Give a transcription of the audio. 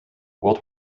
world